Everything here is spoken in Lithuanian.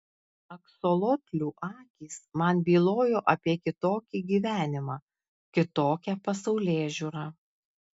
aksolotlių akys man bylojo apie kitokį gyvenimą kitokią pasaulėžiūrą